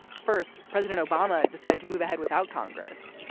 first president obama decided to move ahead without congress.